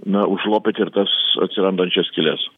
na užlopyti ir tas atsirandančias skyles